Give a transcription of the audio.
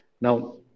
now